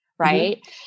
Right